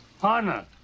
partner